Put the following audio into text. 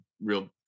real